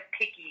picky